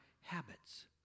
habits